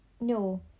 No